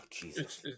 Jesus